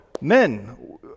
men